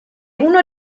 uno